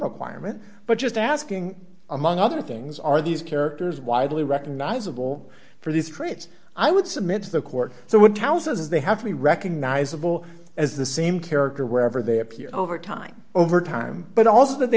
requirement but just asking among other things are these characters widely recognizable for these traits i would submit to the court so what counts is they have to be recognizable as the same character wherever they appear over time over time but also that they